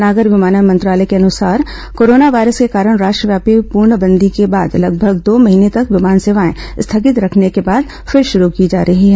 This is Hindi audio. नागर विमानन मंत्रालय के अनुसार कोरोना वायरस के कारण राष्ट्रव्यापी पूर्णबंदी के बाद लगभग दो महीने तक विमान सेवाए स्थगित रखने के बॉद फिर शुरू की जा रही है